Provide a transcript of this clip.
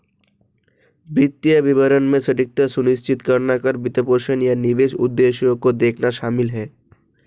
वित्तीय विवरणों में सटीकता सुनिश्चित करना कर, वित्तपोषण, या निवेश उद्देश्यों को देखना शामिल हैं